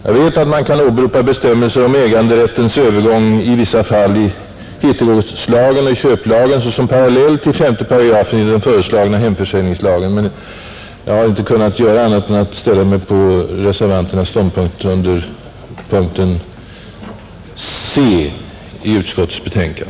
Jag vet att man kan åberopa bestämmelser om äganderättens övergång i vissa fall i hittegodslagen såsom parallell till 5 § i den föreslagna hemförsäljningslagen, men jag har likväl inte kunnat göra annat än ställa mig på reservanternas ståndpunkt under punkten C i utskottets hemställan.